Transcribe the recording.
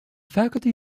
faculty